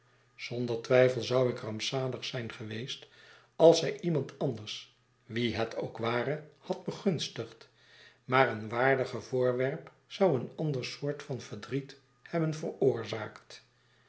zonder twijfel zou ik rampzalig zijn geweest als zij iemand anders wie het ook ware had begunstigd maar een waardiger voorwerp zou een ander soort van verdriet hebben veroorzaakt